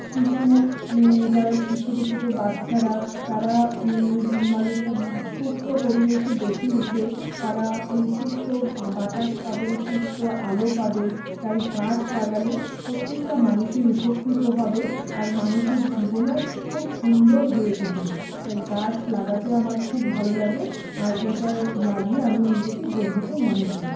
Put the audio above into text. শিশু যারা ছোট ছোট বাচ্চারা তারা মানে সুস্থ পরিবেশে বেঁচে উঠবে তারা সুস্থ বাতাস পাবে সুস্থ আলো পাবে তাই গাছ লাগালে প্রত্যেকটা মানুষের উপকৃত হবে আর মানুষের জীবনও খুব সুন্দর হয়ে উঠবে তাই গাছ লাগাতে আমার খুব ভালো লাগে আর এইটায় লাগিয়ে আমি নিজেকে গর্বিত মনে করি